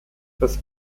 das